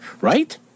right